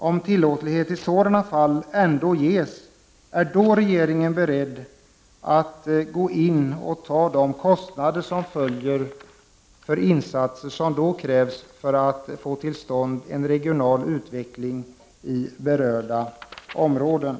Om tillåtlighet i sådana fall ändå ges, är i sådana fall regeringen beredd att gå in och ta de kostnader som följer för insatser som då krävs för att få till stånd en regional utveckling i berörda områden?